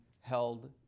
held